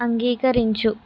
అంగీకరించు